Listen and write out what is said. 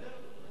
הצעתי לבטל.